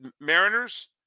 Mariners